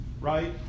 right